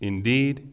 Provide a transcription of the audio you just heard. Indeed